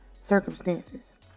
circumstances